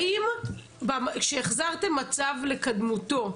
האם כשהחזרתם מצב לקדמותו,